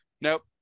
Nope